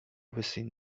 within